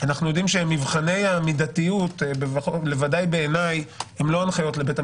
יודעים שמבחני המידתיות בעיניי לפחות הן לא הנחיות לבתי